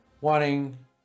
wanting